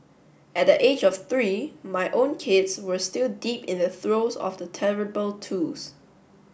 at the age of three my own kids were still deep in the throes of the terrible twos